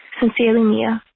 sincerely, mia